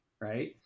right